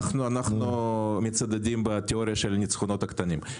אנחנו מצדדים בתיאוריה של ניצחונות קטנים.